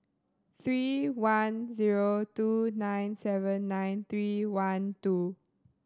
three one zero two nine seven nine three one two